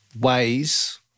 ways